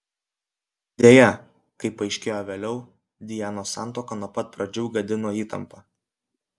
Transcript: deja kaip paaiškėjo vėliau dianos santuoką nuo pat pradžių gadino įtampa